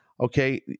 okay